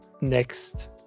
next